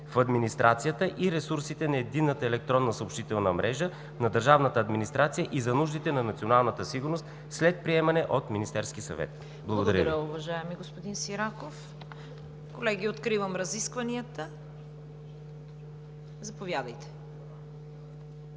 в администрацията и ресурсите на единната електронна съобщителна мрежа на държавната администрация и за нуждите на националната сигурност след приемане от Министерския съвет. Вносители: